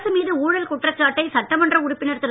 அரசு மீது ஊழல் குற்றச்சாட்டை சட்டமன்ற உறுப்பினர் திரு